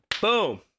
Boom